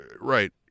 Right